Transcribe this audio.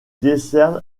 décerne